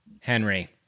Henry